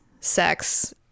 sex